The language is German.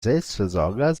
selbstversorger